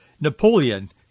Napoleon